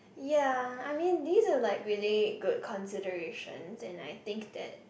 ya I mean these are like really good considerations and I think that